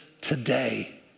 today